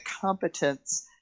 competence